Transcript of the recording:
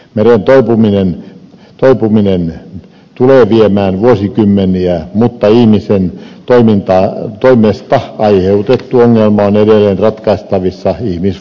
meren toipuminen tulee viemään vuosikymmeniä mutta ihmisen toimesta aiheutettu ongelma on edelleen ratkaistavissa ihmisvoimin